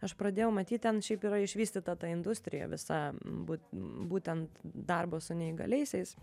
aš pradėjau matyt ten šiaip yra išvystyta ta industrija visa būt būtent darbo su neįgaliaisiais